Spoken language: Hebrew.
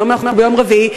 והיום אנחנו ביום רביעי.